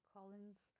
Collins